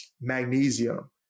Magnesium